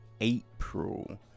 April